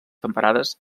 temperades